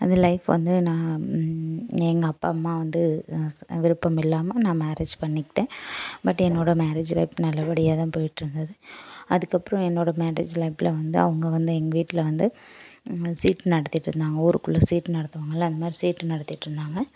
அந்த லைஃப் வந்து நான் எங்கள் அப்பா அம்மா வந்து ஸ் விருப்பம் இல்லாமல் நான் மேரேஜ் பண்ணிக்கிட்டேன் பட் என்னோடய மேரேஜ் லைப் நல்லபடியாக தான் போயிட்டுருந்தது அதுக்கப்புறோம் என்னோடய மேரேஜ் லைப்பில் வந்து அவங்க வந்து எங்கள் வீட்டில் வந்து சீட்டு நடத்திட்ருந்தாங்க ஊருக்குள்ள சீட் நடத்துவாங்கள்ல அந்த மாதிரி சீட்டு நடத்திட்டுருந்தாங்க